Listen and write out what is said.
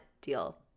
deal